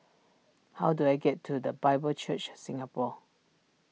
how do I get to the Bible Church Singapore